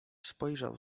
spojrzał